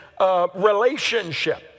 relationship